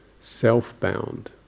self-bound